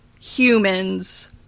human's